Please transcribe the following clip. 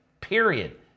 Period